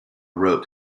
wrote